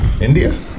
India